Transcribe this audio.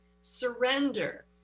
surrender